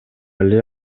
эле